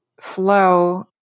flow